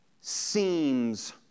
seems